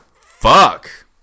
Fuck